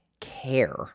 care